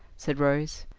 said rose.